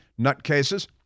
nutcases